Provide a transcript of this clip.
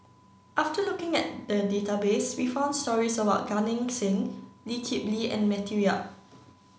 after looking at the database we found stories about Gan Eng Seng Lee Kip Lee and Matthew Yap